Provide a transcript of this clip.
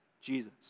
Jesus